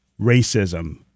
racism